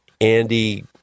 Andy